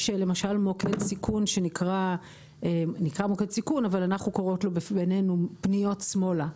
יש מה נקרא מוקד סיכון אבל אנחנו קוראות לו "פניות שמאלה".